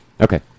Okay